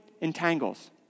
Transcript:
entangles